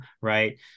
Right